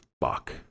fuck